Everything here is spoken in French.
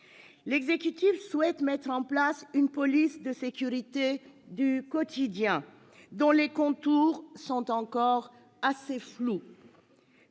L'exécutif souhaite mettre en place une police de sécurité du quotidien, dont les contours sont encore assez flous.